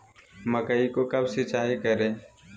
मकई को कब सिंचाई करे?